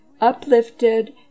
uplifted